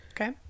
Okay